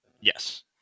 Yes